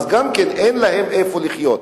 גם אין להם איפה להיות.